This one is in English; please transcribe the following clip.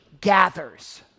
gathers